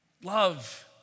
Love